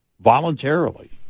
voluntarily